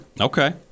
Okay